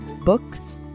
books